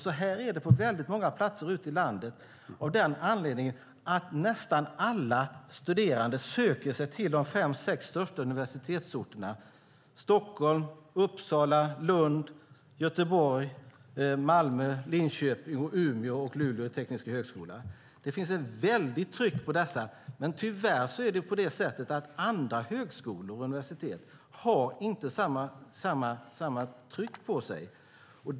Så är det på många högskolor ute i landet av den anledningen att nästan alla studerande söker sig till de största universitetsorterna, Stockholm, Uppsala, Lund, Göteborg, Malmö, Linköping, Umeå och Luleå tekniska högskola. Det finns ett väldigt tryck på dessa. Tyvärr är det på det sättet att andra högskolor och universitet inte har samma tryck på sig.